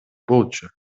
болчу